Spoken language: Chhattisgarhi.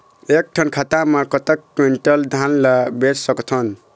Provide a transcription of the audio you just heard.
एक ठन खाता मा कतक क्विंटल धान ला बेच सकथन?